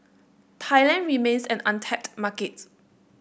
Thailand remains an untapped market